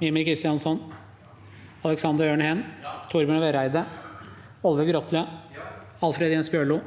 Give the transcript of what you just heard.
Mímir Kristjánsson, Aleksander Øren Heen, Torbjørn Vereide, Olve Grotle, Alfred Jens Bjørlo,